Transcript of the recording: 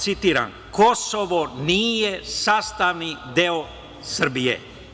Citiram: „Kosovo nije sastavni deo Srbije“